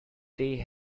they